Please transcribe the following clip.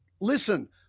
Listen